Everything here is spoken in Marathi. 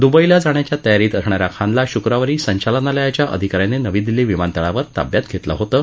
दुबईला जाण्याच्या तयारीत असणाऱ्या खानला शुक्रवारी संचालनालयाच्या अधिकाऱ्यांनी नवी दिल्ली विमानतळावर ताब्यात घेतलं होतं